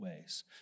ways